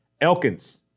Elkins